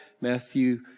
Matthew